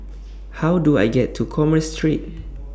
How Do I get to Commerce Street